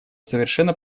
совершенно